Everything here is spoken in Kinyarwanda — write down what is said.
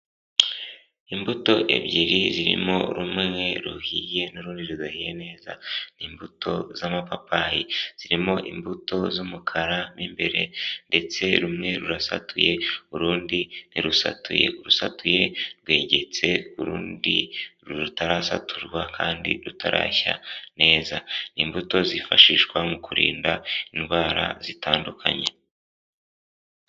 Imbuto ebyiri zirimo rumwe ruhiye n'urundi rudahiye neza, imbuto z'amapapayi, zirimo imbuto z'umukara mo imbere ndetse rumwe rurasatuye urundi ntirusatuye, urusatuye rwegetse ku rundi rutarasaturwa kandi rutarashya neza. Ni imbuto zifashishwa mu kurinda indwara zitandukanye.